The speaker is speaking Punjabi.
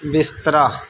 ਬਿਸਤਰਾ